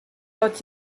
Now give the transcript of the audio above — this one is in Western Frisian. dat